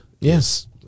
Yes